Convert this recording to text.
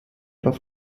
auf